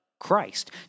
christ